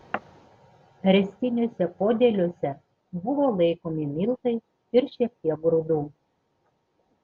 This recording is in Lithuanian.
ręstiniuose podėliuose buvo laikomi miltai ir šiek tiek grūdų